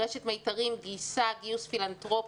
רשת "מיתרים", גייסה גיוס פילנתרופי,